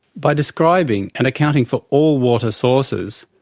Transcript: by describing and accounting for all water sources,